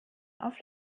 auf